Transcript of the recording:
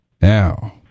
Now